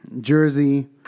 Jersey